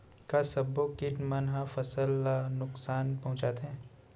का सब्बो किट मन ह फसल ला नुकसान पहुंचाथे?